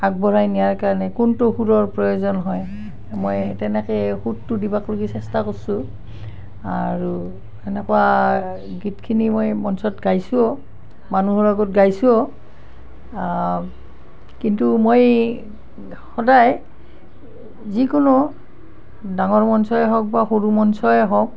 আগবঢ়াই নিয়াৰ কাৰণে কোনটো সুৰৰ প্ৰয়োজন হয় মই তেনেকৈ সুৰটো দিবাক লেগি চেষ্টা কৰিছোঁ আৰু সেনেকুৱা গীতখিনি মই মঞ্চত গাইছোঁও মানুহৰ আগত গাইছোঁও কিন্তু মই সদায় যিকোনো ডাঙৰ মঞ্চই হওক বা সৰু মঞ্চই হওক